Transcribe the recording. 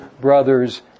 brothers